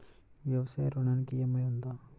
వ్యవసాయ ఋణానికి ఈ.ఎం.ఐ ఉందా?